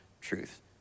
truth